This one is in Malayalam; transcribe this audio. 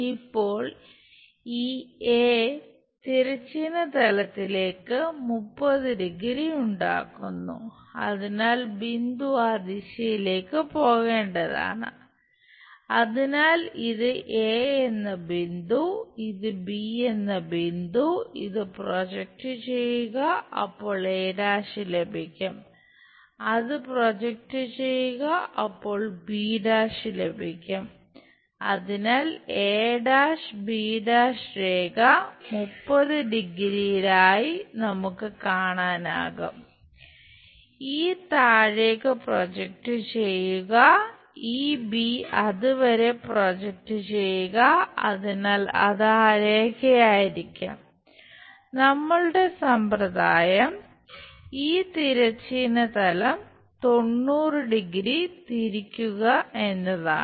ഇപ്പോൾ ഈ തിരിക്കുക എന്നതാണ്